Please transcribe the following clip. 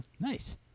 Nice